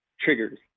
triggers